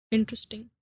Interesting